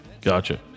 Gotcha